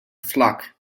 flock